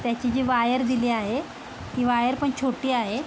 त्याची जी वायर दिली आहे ती वायर पण छोट्टी आहे